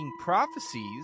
prophecies